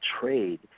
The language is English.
trade